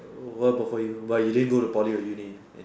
so what about for you but you didn't go to Poly or Uni uh